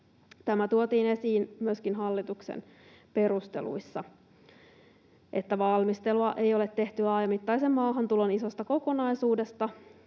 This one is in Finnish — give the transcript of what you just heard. Tämä tuotiin esiin myöskin hallituksen esityksen perusteluissa, että valmistelua ei ole tehty laajamittaisen maahantulon isosta kokonaisuudesta,